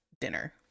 dinner